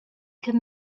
could